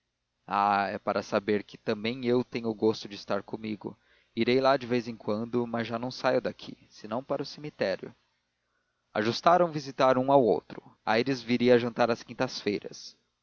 ah é para saber que também eu gosto de estar comigo irei lá de vez em quando mas já não saio daqui senão para o cemitério ajustaram visitar um ao outro aires viria jantar às quintas-feiras